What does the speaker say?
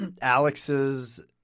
Alex's